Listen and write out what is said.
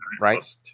Right